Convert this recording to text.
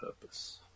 purpose